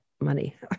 money